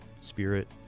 spirit